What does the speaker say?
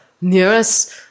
nearest